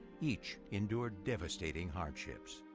each endured devastating hardships.